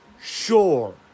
sure